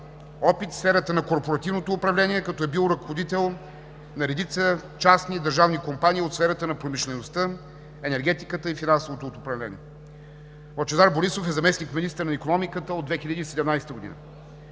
опит в сферата на корпоративното управление, като е бил ръководител на редица частни и държавни компании от сферата на промишлеността, енергетиката и финансовото управление. Лъчезар Борисов е заместник-министър на икономиката от 2017 г.